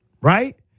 right